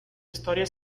historia